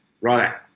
right